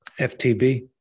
FTB